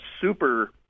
super